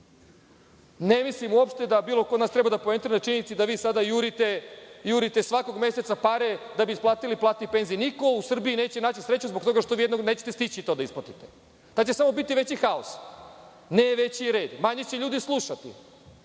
Ne mislim uopšte da bilo ko od nas treba da poentira činjenici da vi sada jurite svakog meseca pare da bi isplatili plate i penzije. Niko u Srbiji neće naći sreću zbog toga što vi jednom nećete stići da isplatite, to će samo biti veći haos. Ne, veći red, manje će ljudi slušati. Ali,